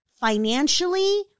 financially